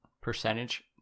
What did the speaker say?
percentage